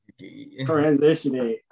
Transitioning